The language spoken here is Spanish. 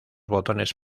botones